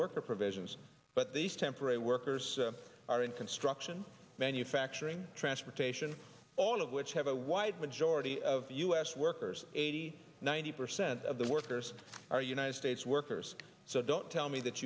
worker provisions but these temporary workers are in construction manufacturing transportation all of which have a wide majority of u s workers eighty ninety percent of the workers are united states workers so don't tell me that